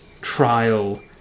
trial